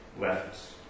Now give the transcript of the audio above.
left